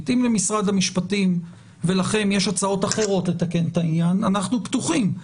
אם למשרד המשפטים ולכם יש הצעות אחרות לתקן את העניין אנחנו פתוחים,